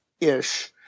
ish